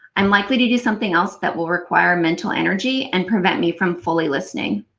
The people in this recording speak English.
i'm likely to do something else that will require mental energy and prevent me from fully listening.